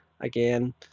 Again